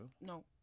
No